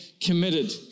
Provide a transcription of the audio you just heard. committed